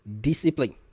discipline